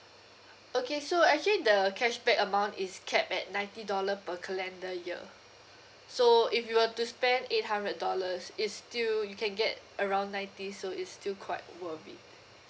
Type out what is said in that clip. okay so actually the cashback amount is cap at ninety dollar per calendar year so if you were to spend eight hundred dollars it's still you can get around ninety so it's still quite worth it